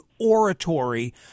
oratory